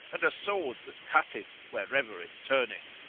and a sword that cutteth wherever it turneth!